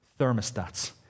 thermostats